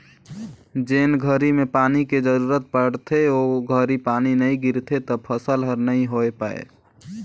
जेन घरी में पानी के जरूरत पड़थे ओ घरी पानी नई गिरथे त फसल हर नई होय पाए